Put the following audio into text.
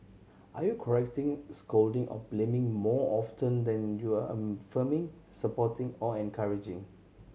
are you correcting scolding or blaming more often than you are affirming supporting or encouraging